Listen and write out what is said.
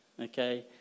Okay